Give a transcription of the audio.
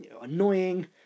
annoying